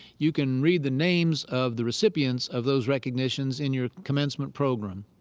you can read the names of the recipients of those recognitions in your commencement program.